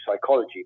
psychology